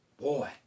Boy